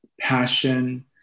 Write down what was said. passion